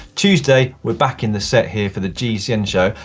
tuesday we're back in the set here for the gcn show.